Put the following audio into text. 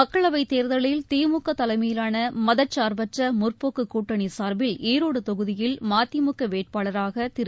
மக்களவைத் தேர்தலில் திமுக தலைமையிலான மதச் சார்பற்ற முற்போக்குக் கூட்டணி சார்பில் ஈரோடு தொகுதியில் மதிமுக வேட்பாளராக திரு